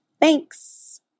Thanks